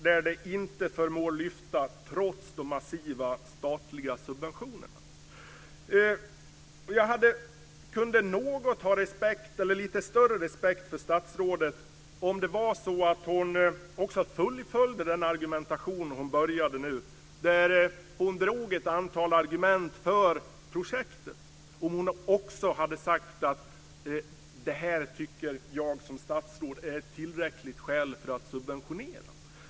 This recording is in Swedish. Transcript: Det förmår inte lyfta, trots de massiva statliga subventionerna. Jag hade haft lite större respekt för statsrådet om hon hade fullföljt den argumentation hon påbörjade då hon drog ett antal argument för projektet och om hon hade sagt att hon som statsråd tyckte att det var tillräckligt skäl för att subventionera.